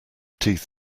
teeth